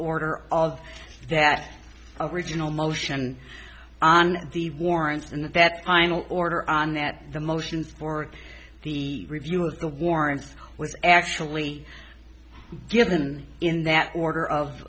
order of that original motion on the warrants and that final order on that the motions for the review of the warrants was actually given in that order of